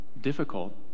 difficult